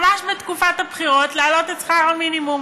ממש בתקופת הבחירות, להעלות את שכר המינימום,